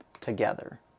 together